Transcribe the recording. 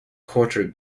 quarter